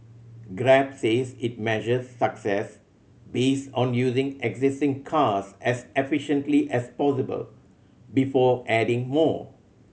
grab says it measures success based on using existing cars as efficiently as possible before adding more